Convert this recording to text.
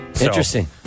Interesting